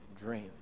dream